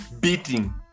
beating